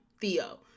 Theo